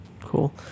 Cool